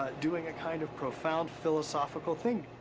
doing a kind of profound philosophical thing.